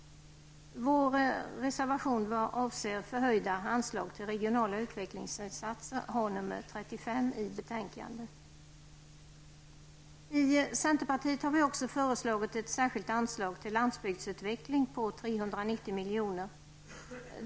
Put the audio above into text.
Vår reservation vad avser förhöjda anslag till regionala utvecklingsinsatser har nummer 35 i betänkandet. I centerpartiet har vi också föreslagit ett särskilt anslag till landsbygdsutveckling på 390 milj.kr.